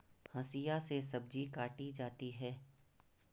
हंसिआ से सब्जी काटी जाती है